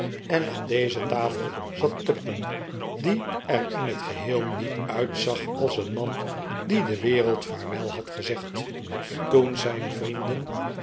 en aan deze tafel zat tupman die er in het geheel niet uitzag als een man die de wereld vaarwel had gezegd toen zijn vrienden